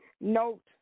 note